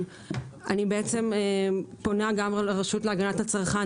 אני בעצם פונה גם לרשות להגנת הצרכן.